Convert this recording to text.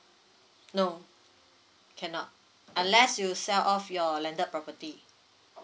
no cannot unless you sell off your landed property